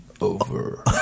over